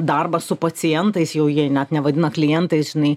darbas su pacientais jau jie net nevadina klientais žinai